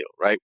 right